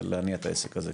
להניע את העסק הזה,